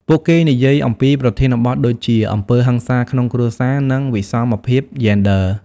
ពួកគេនិយាយអំពីប្រធានបទដូចជា អំពើហិង្សាក្នុងគ្រួសារ និងវិសមភាពយេនឌ័រ។